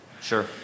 Sure